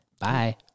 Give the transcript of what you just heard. Bye